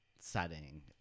setting